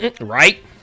Right